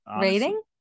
rating